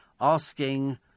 asking